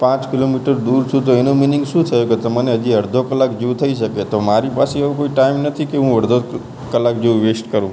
પાંચ કિલોમીટર દૂર છું તો એનો મિનિંગ શું થયો કે તમને હજી અડધો કલાક જેવું થઇ શકે તો મારી પાસે એવો કોઈ ટાઇમ નથી કે હું અડધો કલાક જેવું વેસ્ટ કરું